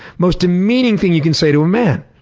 most demeaning thing you can say to a man,